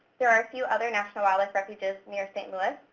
there are a few other national wildlife refuges near st. louis.